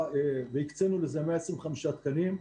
והקצינו לזה 125 תקנים.